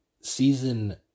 season